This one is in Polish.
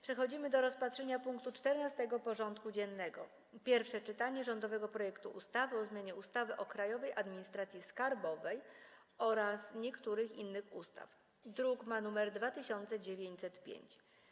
Przystępujemy do rozpatrzenia punktu 14. porządku dziennego: Pierwsze czytanie rządowego projektu ustawy o zmianie ustawy o Krajowej Administracji Skarbowej oraz niektórych innych ustaw (druk nr 2905)